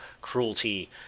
cruelty